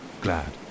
glad